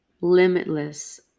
limitless